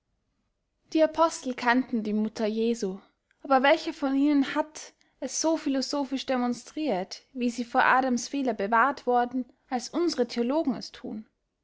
die apostel kannten die mutter jesu aber welcher von ihnen hat es so philosophisch demonstriert wie sie vor adams fehler bewahrt worden als unsre theologen es thun